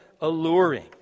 alluring